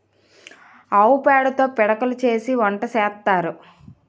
ఆవు పేడతో పిడకలు చేసి వంట సేత్తారు